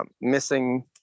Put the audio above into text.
missing